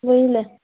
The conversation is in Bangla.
ওই না